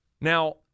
Now